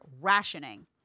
rationing